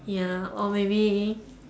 ya or maybe